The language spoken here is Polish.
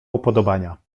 upodobania